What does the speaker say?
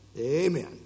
Amen